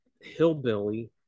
hillbilly